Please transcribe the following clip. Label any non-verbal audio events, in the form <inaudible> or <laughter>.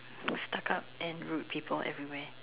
<noise> stuck up and rude people everywhere